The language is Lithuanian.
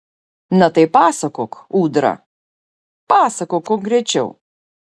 na tai pasakok ūdra pasakok konkrečiau